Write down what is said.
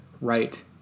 right